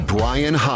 Brian